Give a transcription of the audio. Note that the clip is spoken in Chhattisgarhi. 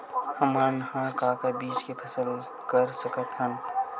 हमन ह का का बीज के फसल कर सकत हन?